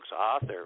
author